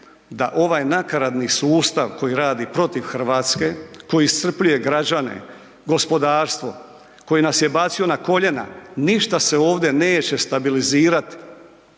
da ovaj nakaradni sustav koji radi protiv Hrvatske, koji iscrpljuje građane, gospodarstvo koji nas je bacio na koljena ništa se ovdje neće stabilizirat.